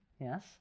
Yes